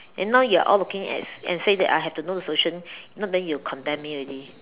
and now you're all looking and and say that I have to know the solution if not then you will condemn me already